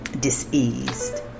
diseased